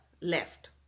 left